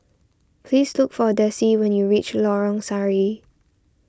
please look for Dessie when you reach Lorong Sari